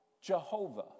Jehovah